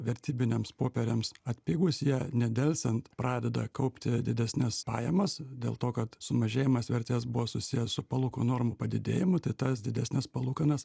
vertybiniams popieriams atpigus jie nedelsiant pradeda kaupti didesnes pajamas dėl to kad sumažėjimas vertės buvo susijęs su palūkanų normų padidėjimu tai tas didesnes palūkanas